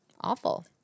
Awful